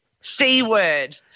C-Word